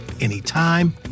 anytime